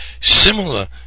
similar